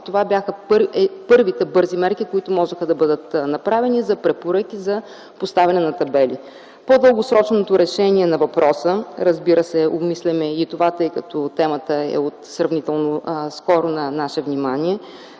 това бяха първите бързи мерки, които можеха да бъдат взети – дадени бяха препоръки за поставяне на табели. По-дългосрочното решение на въпроса, разбира се обмисляме и това, тъй като темата е от сравнително отскоро на нашето внимание,